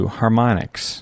harmonics